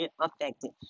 affected